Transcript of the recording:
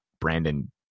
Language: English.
Brandon